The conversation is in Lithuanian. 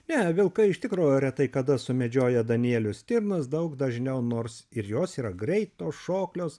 ne vilkai iš tikro retai kada sumedžioja danielius stirnas daug dažniau nors ir jos yra greitos šoklios